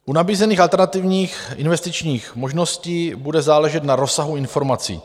U nabízených alternativních investičních možností bude záležet na rozsahu informací.